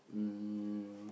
um